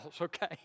Okay